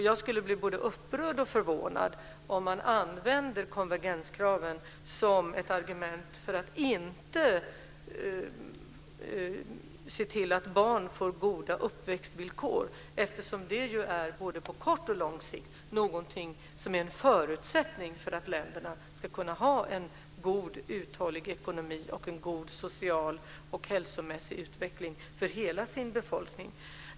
Jag skulle bli både upprörd och förvånad om man använde konvergenskraven som ett argument för att inte se till att barn får goda uppväxtvillkor eftersom det ju både på kort och lång sikt är någonting som är en förutsättning för att länderna ska kunna ha en god, uthållig ekonomi och en god social och hälsomässig utveckling för hela sin befolkning.